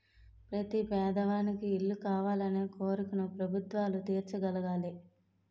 ప్రతి పేదవానికి ఇల్లు కావాలనే కోరికను ప్రభుత్వాలు తీర్చగలగాలి